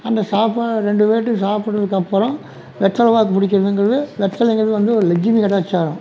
அந்த சாப்பாடு ரெண்டு பேர்ட்டையும் சாப்டதுக்கப்பறம் வெத்தலை பாக்கு பிடிக்கிறதுங்றது வெத்தலைங்கிறது வந்து ஒரு லட்சுமி கடாச்சாரம்